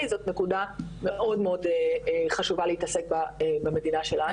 זו נקודה מאוד חשובה להתעסק בה במדינה שלנו.